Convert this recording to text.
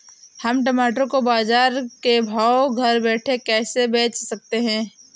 हम टमाटर को बाजार भाव में घर बैठे कैसे बेच सकते हैं?